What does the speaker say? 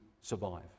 survive